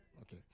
Okay